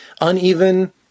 uneven